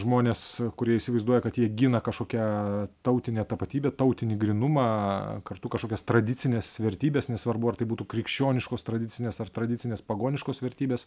žmonės kurie įsivaizduoja kad jie gina kažkokią tautinę tapatybę tautinį grynumą kartu kažkokias tradicines vertybes nesvarbu ar tai būtų krikščioniškos tradicinės ar tradicinės pagoniškos vertybės